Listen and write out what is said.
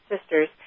sisters